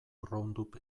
roundup